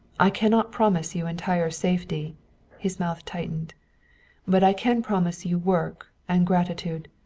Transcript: i cannot promise you entire safety his mouth tightened but i can promise you work and gratitude.